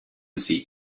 see